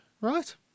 Right